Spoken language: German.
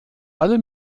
alle